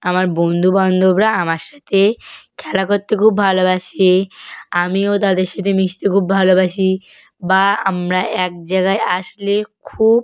আমার বন্ধুবান্ধবরা আমার সাথে খেলা করতে খুব ভালোবাসে আমিও তাদের সাথে মিশতে খুব ভালোবাসি বা আমরা এক জায়গায় আসলে খুব